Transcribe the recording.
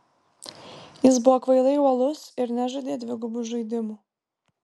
jis buvo kvailai uolus ir nežaidė dvigubų žaidimų